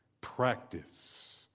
Practice